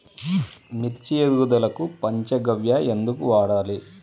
మిర్చి ఎదుగుదలకు పంచ గవ్య ఎందుకు వాడాలి?